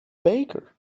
baker